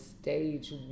stage